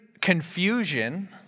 confusion